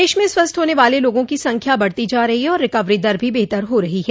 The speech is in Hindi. प्रदेश में स्वस्थ होने वाले लोगों की संख्या बढ़ती जा रही है और रिकवरी दर भी बेहतर हो रही है